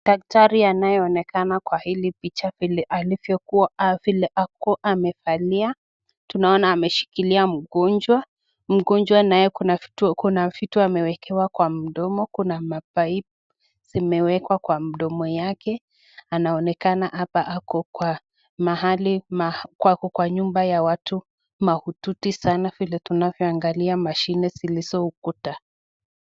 Daktari anayeonekana kwa hili picha alivyokuwa vile ako amevalia, tunaona ameshikilia mgonjwa, mgonjwa naye kuna vitu kuna vitu amewekewa kwa mdomo, kuna ma pipe zimewekwa kwa mdomo yake, anaonekana hapa ako kwa mahali kwa nyumba ya watu mahututi sana, vile unavyoangalia mashini zilizo ukuta.